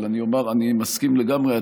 אני מסכים לגמרי.